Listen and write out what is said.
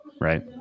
right